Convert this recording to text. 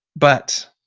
but